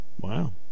Wow